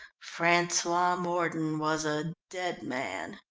francois mordon was a dead man.